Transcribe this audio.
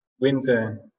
Winter